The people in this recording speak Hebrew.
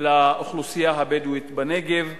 לאוכלוסייה הבדואית בנגב,